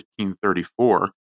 1534